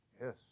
Yes